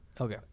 Okay